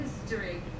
history